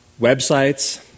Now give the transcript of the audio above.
Websites